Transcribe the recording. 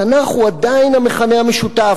התנ"ך הוא עדיין המכנה המשותף.